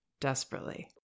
desperately